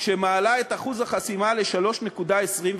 שמעלה את אחוז החסימה ל-3.25%,